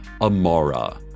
Amara